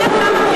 בכנסת?